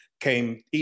came